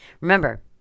Remember